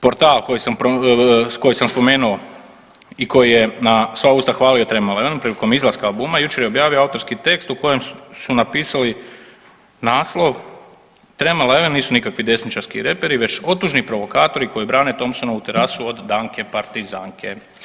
Portal koji sam spomenuo i koji je na sva usta hvalio Tram 11 prilikom izlaska albuma jučer je objavio autorski tekst u kojem su napisali naslov Tram 11 nisu nikakvi desničarski reperi već otužni provokatori koji brani Tompsonovu terasu od Danke partizanke.